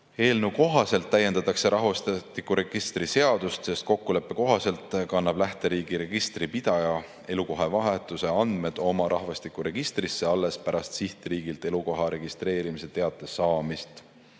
Eelnõu kohaselt täiendatakse rahvastikuregistri seadust nii, et kokkuleppe kohaselt kannab lähteriigi registripidaja elukohavahetuse andmed oma rahvastikuregistrisse alles pärast sihtriigilt elukoha registreerimise teate saamist.